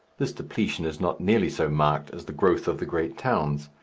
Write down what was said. this depletion is not nearly so marked as the growth of the great towns.